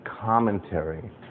commentary